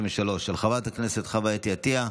חוה אתי עטייה